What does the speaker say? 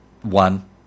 one